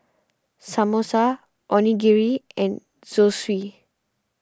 Samosa Onigiri and Zosui